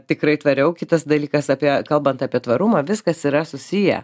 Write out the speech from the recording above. tikrai tvariau kitas dalykas apie kalbant apie tvarumą viskas yra susiję